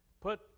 put